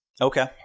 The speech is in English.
Okay